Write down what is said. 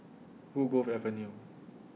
Woodgrove Avenue